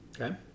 Okay